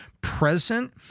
present